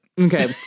Okay